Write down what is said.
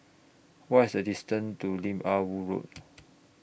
What IS The distance to Lim Ah Woo Road